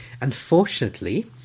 unfortunately